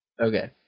Okay